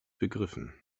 begriffen